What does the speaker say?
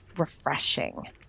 refreshing